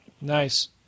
Nice